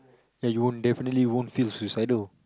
that you won't definitely won't feel suicidal